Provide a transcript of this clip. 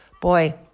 boy